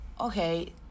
okay